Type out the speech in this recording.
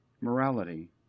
morality